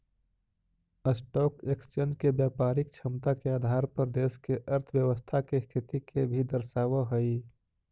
stock exchange व्यापारिक क्षमता के आधार पर देश के अर्थव्यवस्था के स्थिति के भी दर्शावऽ हई